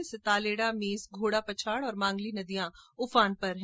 इससे तालेडा मेज घोडा पछाड और मांगली नदियां उफान पर हैं